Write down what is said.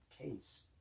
case